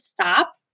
stop